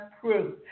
proof